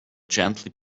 gently